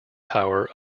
power